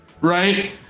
right